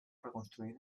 reconstruïda